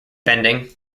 bending